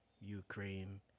Ukraine